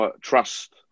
trust